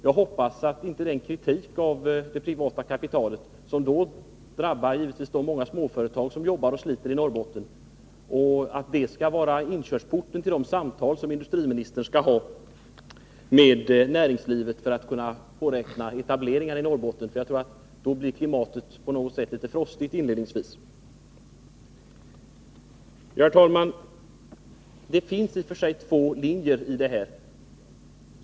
Jag hoppas att inte kritiken av det privata kapitalet, som givetvis drabbar de många små företag som jobbar och sliter i Norrbotten, skall vara inkörsporten till de samtal som industriministern skall ha med näringslivet för att kunna påräkna etableringar i Norrbotten. Jag tror att klimatet då på något sätt blir litet frostigt inledningsvis. Herr talman! Det finns i och för sig två linjer i resonemanget.